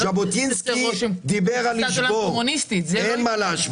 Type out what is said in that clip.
ז'בוטינסקי דיבר על לשבור, אין מה להשוות.